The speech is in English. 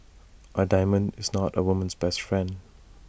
A diamond is not A woman's best friend